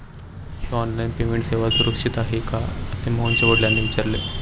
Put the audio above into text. ही online payment सेवा सुरक्षित आहे का असे मोहनच्या वडिलांनी विचारले